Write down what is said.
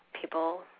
people